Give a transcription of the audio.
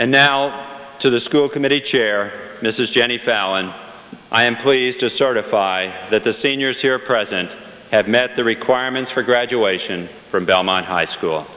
and now to the school committee chair mrs janney fallon i am pleased to certify that the seniors here present have met the requirements for graduation from belmont high school